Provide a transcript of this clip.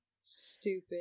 Stupid